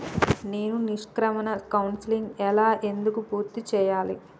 నేను నిష్క్రమణ కౌన్సెలింగ్ ఎలా ఎందుకు పూర్తి చేయాలి?